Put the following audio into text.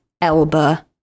Elba